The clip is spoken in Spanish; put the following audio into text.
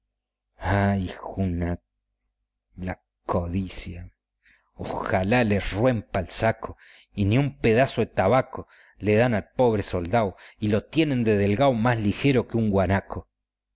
ah hijos de una la codicia ojalá les ruempa el saco ni un pedazo de tabaco le dan al pobre soldao y lo tienen de delgao más ligero que un guanaco